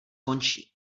končí